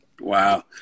Wow